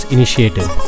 Initiative